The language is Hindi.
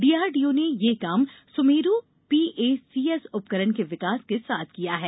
डीआरडीओ ने यह काम सुमेरू पीएसीएस उपकरण के विकास के साथ किया है